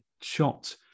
shot